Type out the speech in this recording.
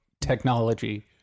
technology